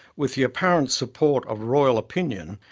with the apparent support of royal opinion,